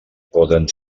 poden